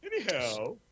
Anyhow